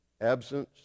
Absence